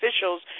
officials